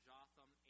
Jotham